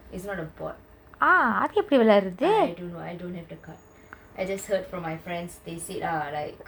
it's not a board I don't know I don't have the cards I just heard from my friends they said that